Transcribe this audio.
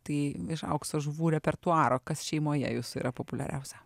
tai iš aukso žuvų repertuaro kas šeimoje jūsų yra populiariausia